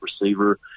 receiver